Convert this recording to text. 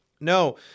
No